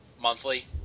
monthly